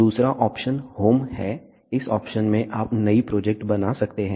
दूसरा option home है इस ऑप्शन में आप नई प्रोजेक्ट बना सकते हैं